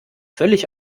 völlig